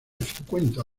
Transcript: cincuenta